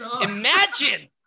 imagine